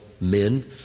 men